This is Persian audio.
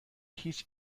هیچ